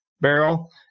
barrel